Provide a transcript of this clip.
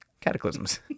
cataclysms